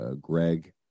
Greg